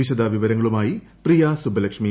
വിശദവിവരങ്ങളുമായി പ്രിയ സുബ്ബലക്ഷ്മി